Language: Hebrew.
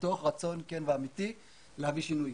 מתוך רצון כן ואמיתי להביא שינוי.